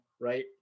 Right